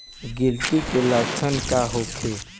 गिलटी के लक्षण का होखे?